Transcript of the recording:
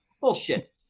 Bullshit